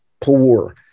Poor